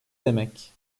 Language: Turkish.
demek